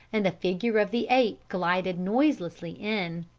and the figure of the ape glided noiselessly in.